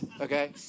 okay